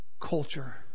culture